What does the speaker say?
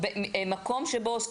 או.